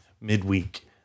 midweek